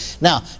Now